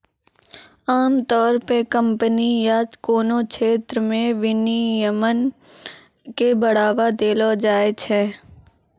आमतौर पे कम्पनी या कोनो क्षेत्र मे विनियमन के बढ़ावा देलो जाय छै